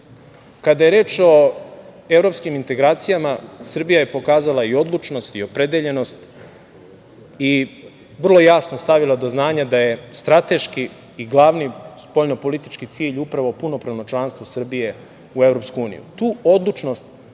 je reč o evropskim integracijama, Srbija je pokazala i odlučnost, i opredeljenost i vrlo jasno stavila do znanja da je strateški i glavni spoljnopolitički cilj upravo punopravno članstvo Srbije u EU. Tu odlučnost